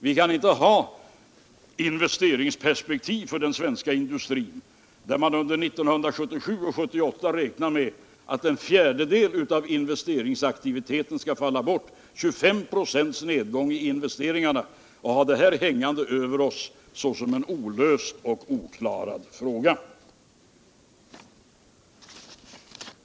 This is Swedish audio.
Vi kan inte ha ett investeringsperspektiv för den svenska industrin som innebär att man 1977 och 1978 räknar med att en fjärdedel av investeringsaktiviteten skall falla bort, dvs. 25 96 nedgång i investeringarna. Vi kan inte ha det här hängande över oss som en olöst fråga.